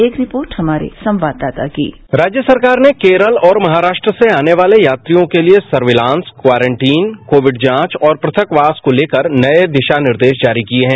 एक रिपोर्ट हमारे संवाददाता कीः राज्य सरकार ने करत और महाराष्ट्र से आने वाले यात्रियों के लिए सर्विलांस क्वॉर्टाइन कोवेट जांच और पृथक वास को लेकर नए दिशानिर्देश जारी किए हैं